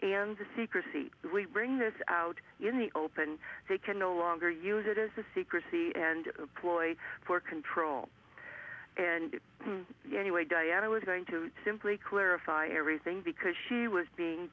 and the secrecy that we bring this out in the open they can no longer use it as a secrecy and a ploy for control and anyway diana was going to simply clarify everything because she was being